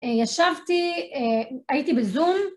ישבתי, הייתי בזום.